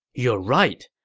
you are right,